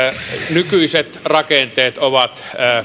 nykyiset rakenteet ovat